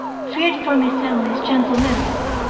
feared for miss emily's gentle memory,